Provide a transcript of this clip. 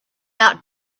out